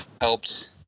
helped